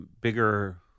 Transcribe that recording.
bigger